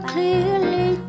Clearly